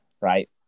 right